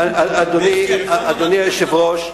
אדוני היושב-ראש,